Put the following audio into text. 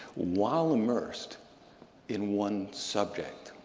while immersed in one subject,